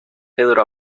pedro